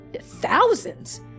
thousands